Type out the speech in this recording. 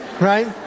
Right